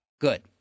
Good